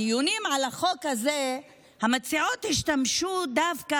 בדיונים על החוק הזה המציעות השתמשו דווקא